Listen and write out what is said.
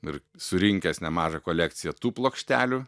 ir surinkęs nemažą kolekciją tų plokštelių